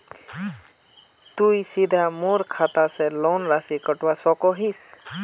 तुई सीधे मोर खाता से लोन राशि कटवा सकोहो हिस?